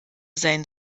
sein